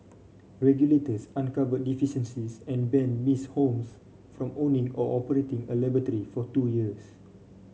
regulators uncovered deficiencies and banned Miss Holmes from owning or operating a laboratory for two years